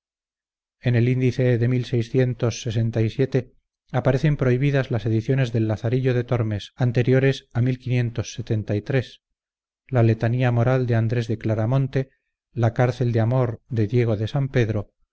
en el índice aparecen prohibidas las ediciones del lazarillo de tormes anteriores a la letanía moral de andrés de claramonte la cárcel de amor de diego de san pedro